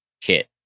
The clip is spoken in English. kit